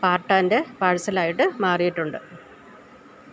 part and parcel ആയിട്ട് മാറിയിട്ടുണ്ട്